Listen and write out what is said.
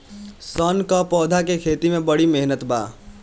सन क पौधा के खेती में बड़ी मेहनत बा